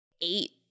Eight